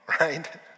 right